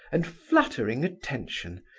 and flattering attention.